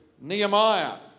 Nehemiah